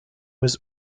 was